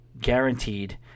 guaranteed